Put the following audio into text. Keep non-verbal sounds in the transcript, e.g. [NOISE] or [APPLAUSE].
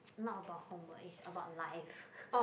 not about homework is about life [LAUGHS]